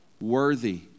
worthy